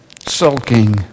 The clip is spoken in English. sulking